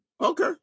Okay